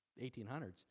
1800s